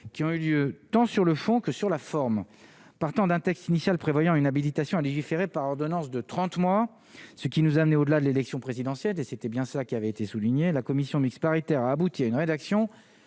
qui ont eu lieu, tant sur le fond que sur la forme, partant d'un texte initial prévoyant une habilitation à légiférer par ordonnance de 30 mois ce qui nous amené au delà de l'élection présidentielle, c'était bien cela qui avait été souligné la commission mixte paritaire a abouti à une rédaction